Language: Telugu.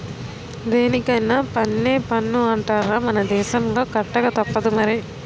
దేనికైన పన్నే పన్ను అంటార్రా మన దేశంలో కట్టకతప్పదు మరి